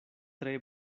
tre